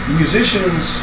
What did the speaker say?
musicians